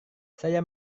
saya